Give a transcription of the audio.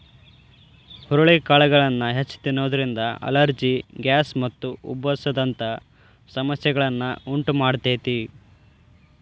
ಹುರಳಿಕಾಳನ್ನ ಹೆಚ್ಚ್ ತಿನ್ನೋದ್ರಿಂದ allergy, gas ಮತ್ತು ಉಬ್ಬಸ ದಂತ ಸಮಸ್ಯೆಗಳನ್ನ ಉಂಟಮಾಡ್ತೇತಿ